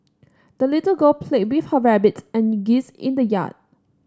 the little girl played with her rabbit and geese in the yard